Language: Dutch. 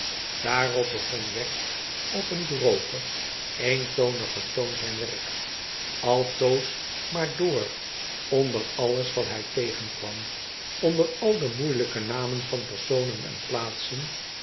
daarop begon wegg op een drogen eentonigen toon zijn werk altoos maar door onder alles wat hij tegenkwam onder al de moeilijke namen van personen en plaatsen